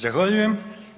Zahvaljujem.